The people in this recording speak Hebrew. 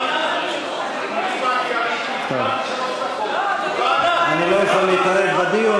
אדוני ראש הממשלה, לא ענית על ה"חמאס".